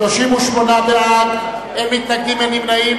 38 בעד, אין מתנגדים, אין נמנעים.